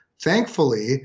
Thankfully